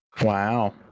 Wow